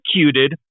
executed